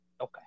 Okay